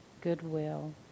goodwill